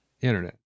internet